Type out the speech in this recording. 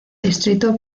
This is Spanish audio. distrito